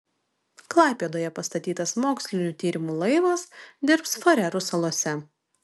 klaipėdoje pastatytas mokslinių tyrimų laivas dirbs farerų salose